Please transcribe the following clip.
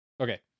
Okay